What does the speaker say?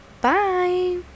Bye